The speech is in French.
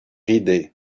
idée